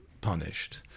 punished